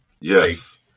Yes